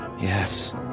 Yes